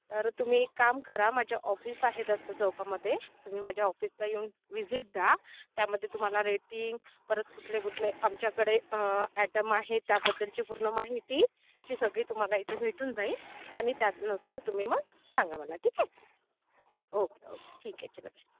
तर तुम्ही एक काम करा माझ्या ऑफिस आहे दत्त चौकामध्ये तुम्ही माझ्या ऑफिसला येऊन विसिट द्या त्यामध्ये तुम्हाला रेटिंग परत कुठले कुठले आमच्याकडे आयटम आहे त्याबद्दलची पूर्ण माहिती ती सगळी तुम्हाला इथे भेटून जाईल आणि त्यानंतर तुम्ही मग सांगा मला ठीक आहे ओके ओके ठीक आहे चला बाय